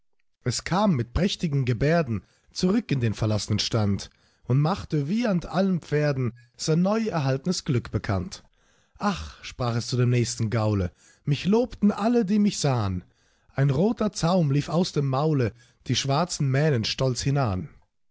es kam mit prächtigen gebärden zurück in den verlaßnen stand und machte wiehernd allen pferden sein neu erhaltnes glück bekannt ach sprach es zu dem nächsten gaule mich lobten alle die mich sahn ein roter zaum lief aus dem maule die schwarzen mähnen stolz hinan